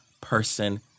person